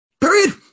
Period